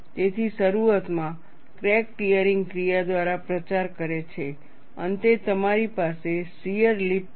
તેથી શરૂઆતમાં crack tearing ક્રિયા દ્વારા પ્રચાર કરે છે અંતે તમારી પાસે શીયર લિપ છે